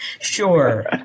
Sure